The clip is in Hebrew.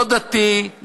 לא דתי,